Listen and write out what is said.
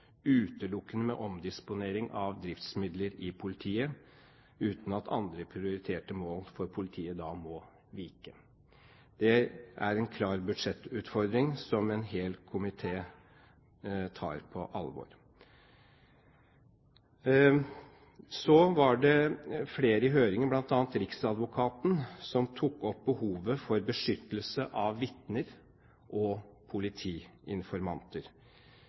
utelukkende med omdisponering av driftsmidler i politiet uten at andre prioriterte mål for politiet må vike.» Det er en klar budsjettutfordring, som en hel komité tar på alvor. Så var det flere i høringen, bl.a. riksadvokaten, som tok opp behovet for beskyttelse av vitner og politiinformanter.